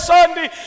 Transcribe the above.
Sunday